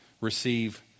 receive